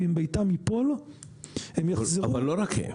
ואם ביתם ייפול --- אבל לא רק הם.